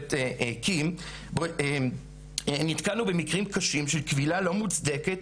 שמדברת עליו קים - נתקלנו במקרים קשים של כבילה לא מוצדקת,